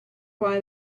why